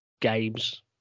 games